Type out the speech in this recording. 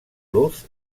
luz